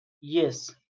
yes